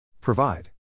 Provide